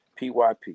PYP